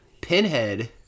Pinhead